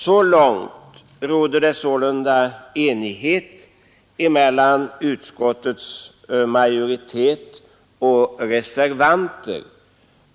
Så långt råder sålunda enighet mellan utskottets majoritet och reservanterna.